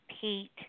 Pete